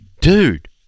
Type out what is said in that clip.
dude